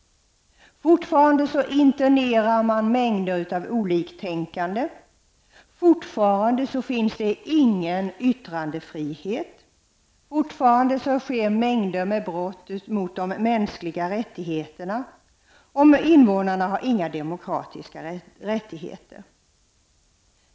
Fortfarande internernas en mängd oliktänkande. Någon yttrandefrihet finns ännu inte. Och fortfarande begås en mängd brott mot de mänskliga rättigheterna. Vidare har invånarna inte några demokratiska rättigheter.